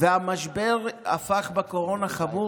ומשבר הקורונה הפך לחמור.